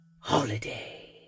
Holiday